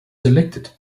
elected